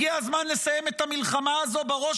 הגיע הזמן לסיים את המלחמה הזו בראש